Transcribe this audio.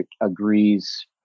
agrees